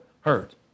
hurt